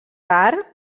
tard